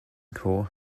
corps